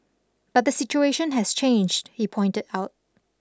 but the situation has changed he pointed out